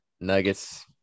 Nuggets –